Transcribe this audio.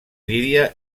lídia